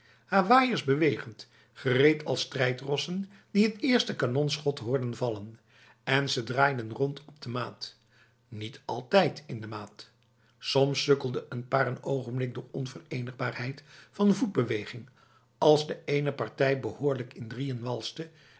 haar waaiers bewegend gereed als strijdrossen die het eerste kanonschot hoorden vallen en ze draaiden rond op de maat niet altijd in de maat soms sukkelde een paar n ogenblik door onverenigbaarheid van voetbeweging als de ene partij behoorlijk in drieën walste